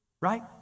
Right